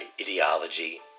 ideology